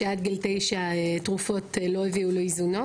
שעד גיל תשע תרופות לא הביאו לאיזונו